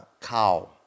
cow